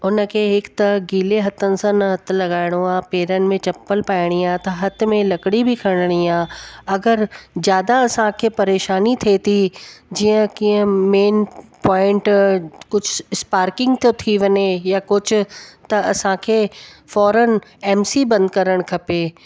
उन खे हिकु त गीले हथनि सां न हथु लॻाइणो आहे पेरनि में चम्पलु पाइणी आहे त हथ में लकड़ी बि खणणी आहे अगरि ज़्यादा असांखे परेशानी थिए थी जीअं कीअं मेन पॉइंट कुझु स्पार्किंग थो थी वञे या कुझु त असांखे फॉरन एमसी बंदि करणु खपे